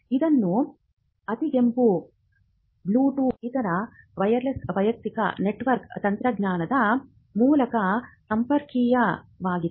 ಇದನ್ನು ಅತಿಗೆಂಪು ಬ್ಲೂಟೂತ್ ಅಥವಾ ಇತರ ವೈರ್ಲೆಸ್ ವೈಯಕ್ತಿಕ ನೆಟ್ವರ್ಕ್ ತಂತ್ರಜ್ಞಾನದ ಮೂಲಕ ಸಂಪರ್ಕಿಸಲಾಗಿದೆ